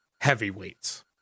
Heavyweights